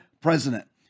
president